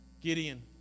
Gideon